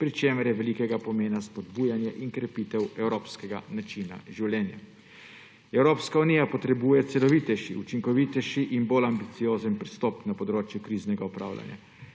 pri čemer je velikega pomena spodbujanje in krepitev evropskega načina življenja. Evropska unija potrebuje celovitejši, učinkovitejši in bolj ambiciozen pristop na področju kriznega upravljanja.